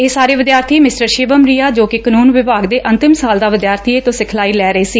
ਇਹ ਸਾਰੇ ਵਿਦਿਆਰਥੀ ਮਿਸਟਰ ਸ਼ਿਵਮ ਰੀਆ ਜੋ ਕਿ ਕਾਨੁੰਨ ਵਿਭਾਗ ਦੇ ਅੰਤਮ ਸਾਲ ਦਾ ਵਿਚਿਆਰਥੀ ਏ ਤੋਂ ਸਿਖਲਾਈ ਲੈ ਰਹੇ ਸੀ